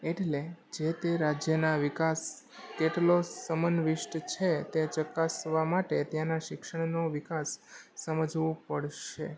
એટલે જે તે રાજ્યના વિકાસ તેટલો સમાવિષ્ટ છે તે ચકાસવા માટે ત્યાંના શિક્ષણનો વિકાસ સમજવો પડશે